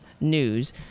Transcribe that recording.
news